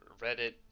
Reddit